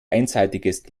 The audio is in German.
einseitiges